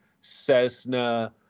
Cessna